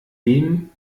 dem